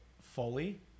fully